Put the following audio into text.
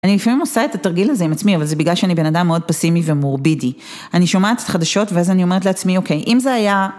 אני לפעמים עושה את התרגיל הזה עם עצמי, אבל זה בגלל שאני בן אדם מאוד פסימי ומורבידי. אני שומעת את החדשות ואז אני אומרת לעצמי, אוקיי, אם זה היה...